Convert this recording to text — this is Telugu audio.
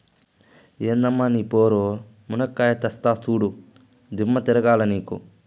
ఎందమ్మ నీ పోరు, మునక్కాయా తెస్తా చూడు, దిమ్మ తిరగాల నీకు